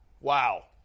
Wow